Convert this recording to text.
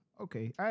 Okay